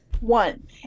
One